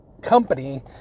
company